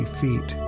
feet